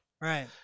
right